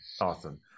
Awesome